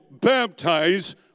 baptize